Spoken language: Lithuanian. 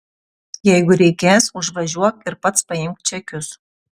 jeigu reikės užvažiuok ir pats paimk čekius